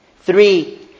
Three